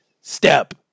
Step